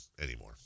anymore